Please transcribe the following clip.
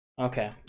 Okay